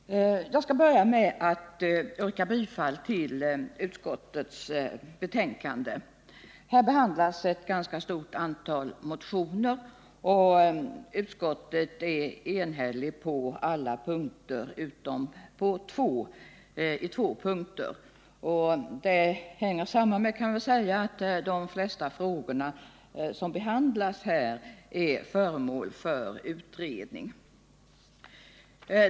Herr talman! Jag skall börja med att yrka bifall till vad utskottet hemställt. I betänkandet behandlas ett stort antal motioner, och utskottet är enhälligt på alla punkter utom två. Detta hänger samman med att de flesta frågor som behandlas i betänkandet är föremål för utredning.